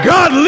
God